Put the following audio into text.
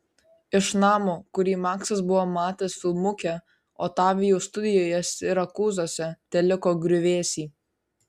iš namo kurį maksas buvo matęs filmuke otavijaus studijoje sirakūzuose teliko griuvėsiai